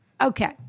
okay